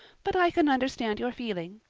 but i can understand your feeling.